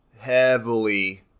heavily